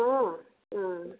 अँ अँ